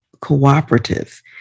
cooperative